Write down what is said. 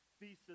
thesis